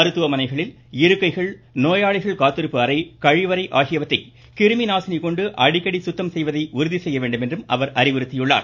மருத்துவமனைகளில் இருக்கைகள் நோயாளிகள் காத்திருப்பு அறை கழிவறை ஆகியவற்றை கிருமி நாசினி கொண்டு அடிக்கடி சுத்தம் செய்வதை உறுதி செய்ய வேண்டும் என்றும் அவர் அறிவுறுத்தியுள்ளார்